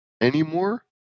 anymore